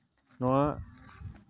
ᱱᱚᱶᱟ